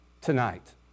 tonight